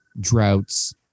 droughts